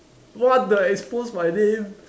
what the expose my name